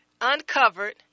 uncovered